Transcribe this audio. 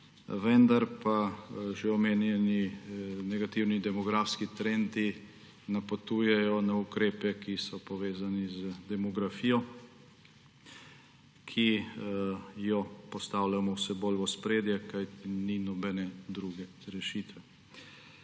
vendar pa že omenjeni negativni demografski trendi napotujejo na ukrepe, ki so povezani z demografijo, ki jo postavljamo vse bolj v ospredje, kajti ni nobene druge rešitve.